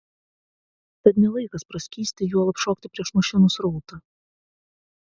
tad ne laikas praskysti juolab šokti prieš mašinų srautą